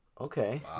Okay